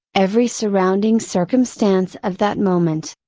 every surrounding circumstance of that moment.